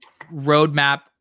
roadmap